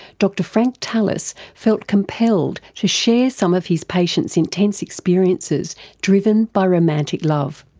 dr frank tallis felt compelled to share some of his patients' intense experiences driven by romantic love.